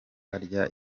arya